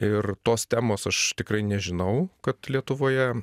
ir tos temos aš tikrai nežinau kad lietuvoje